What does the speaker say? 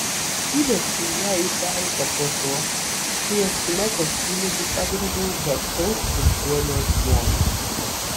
įverčiau ją į pelkę po to kai apsimetęs kunigu pagrobiau garsaus turtuolio žmoną